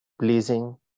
pleasing